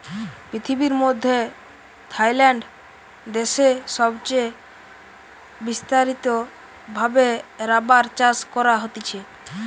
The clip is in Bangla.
পৃথিবীর মধ্যে থাইল্যান্ড দেশে সবচে বিস্তারিত ভাবে রাবার চাষ করা হতিছে